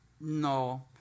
No